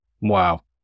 Wow